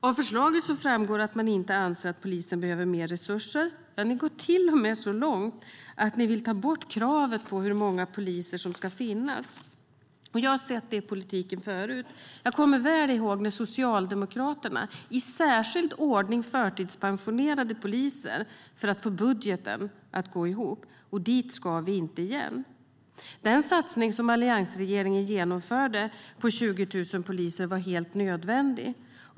Av förslaget framgår det att man inte anser att polisen behöver mer resurser. Man går till och med så långt att man vill ta bort kravet på hur många poliser som ska finnas. Jag har sett det i politiken förut. Jag kommer väl ihåg när Socialdemokraterna i särskild ordning förtidspensionerade poliser för att få budgeten att gå ihop. Dit ska vi inte igen. Den satsning på 20 000 poliser som alliansregeringen genomförde var helt nödvändig.